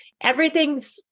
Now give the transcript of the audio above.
Everything's